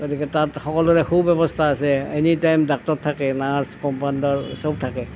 গতিকে তাত সকলোৰে সুব্যৱস্থা আছে এনি টাইম ডাক্তৰ থাকে নাৰ্ছ কম্পাউণ্ডাৰ চব থাকে